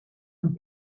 amb